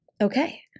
Okay